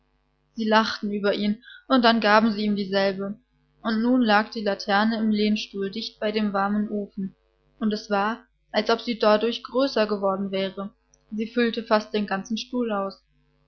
sie lachten über ihn und dann gaben sie ihm dieselbe und nun lag die laterne im lehnstuhl dicht bei dem warmen ofen und es war als ob sie dadurch größer geworden wäre sie füllte fast den ganzen stuhl aus